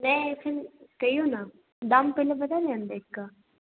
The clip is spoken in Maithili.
नै एखन फेर कहियौ ने दाम पहिले बतै दिऽ ने देखके